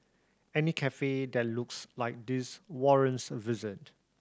any cafe that looks like this warrants a visit